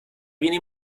viene